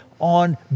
on